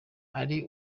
ari